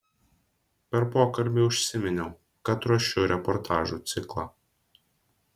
per pokalbį užsiminiau kad ruošiu reportažų ciklą